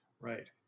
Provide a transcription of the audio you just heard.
Right